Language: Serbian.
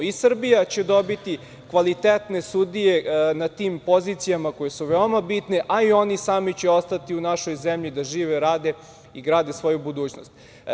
I Srbija će dobiti kvalitetne sudije na tim pozicijama koje su veoma bitne, a i oni sami će ostati u našoj zemlji da žive, rade i grade svoju budućnost.